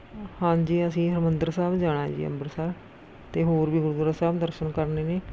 ਹਾਂਜੀ ਅਸੀਂ ਹਰਿਮੰਦਰ ਸਾਹਿਬ ਜਾਣਾ ਹੈ ਜੀ ਅੰਬਰਸਰ ਅਤੇ ਹੋਰ ਵੀ ਗੁਰਦੁਆਰਾ ਸਾਹਿਬ ਦਰਸਨ ਕਰਨੇ ਨੇ